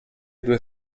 due